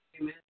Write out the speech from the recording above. Amen